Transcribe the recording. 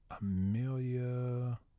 Amelia